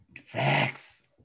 Facts